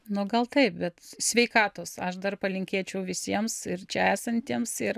nu gal taip bet sveikatos aš dar palinkėčiau visiems ir čia esantiems ir